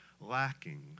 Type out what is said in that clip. lacking